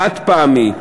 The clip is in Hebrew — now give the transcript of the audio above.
חד-פעמי,